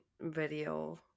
video